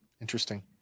Interesting